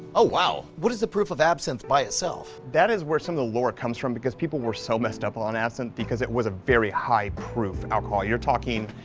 ah wow. what is the proof of absinthe by itself? that is where some of the lore comes from because people were so messed up on absinthe because it was a very high proof alcohol. you're talking,